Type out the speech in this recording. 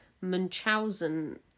munchausen